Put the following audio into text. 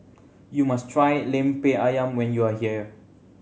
you must try Lemper Ayam when you are here